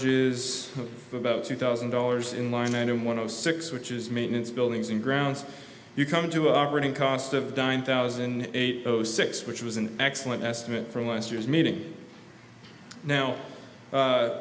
overages about two thousand dollars in line and in one of six which is maintenance buildings and grounds you come to operating cost of dine thousand eight o six which was an excellent estimate from last year's meeting now